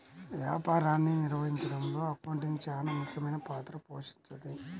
వ్యాపారాన్ని నిర్వహించడంలో అకౌంటింగ్ చానా ముఖ్యమైన పాత్ర పోషిస్తది